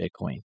Bitcoin